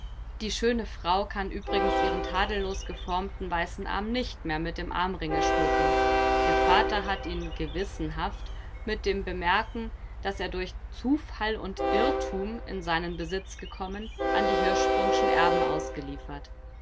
die schöne frau kann übrigens ihren tadellos geformten weißen arm nicht mehr mit dem armringe schmücken ihr vater hat ihn gewissenhaft mit dem bemerken daß er durch zufall und irrtum in seinen besitz gekommen an die hirschsprungschen erben ausgeliefert